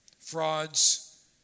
frauds